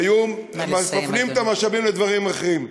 היו מפנים את המשאבים לדברים אחרים.